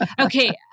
Okay